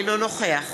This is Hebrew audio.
אינו נוכח